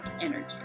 energy